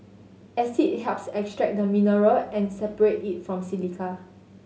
acid helps extract the mineral and separate it from silica